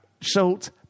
Salt